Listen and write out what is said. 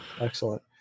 Excellent